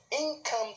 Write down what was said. income